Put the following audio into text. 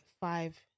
five